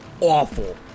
awful